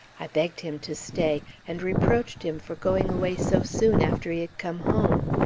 i begged him to stay, and reproached him for going away so soon after he had come home.